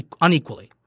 unequally